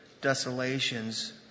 desolations